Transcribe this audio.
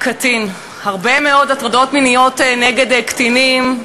הטרדת קטין) הרבה מאוד הטרדות מיניות נגד קטינים,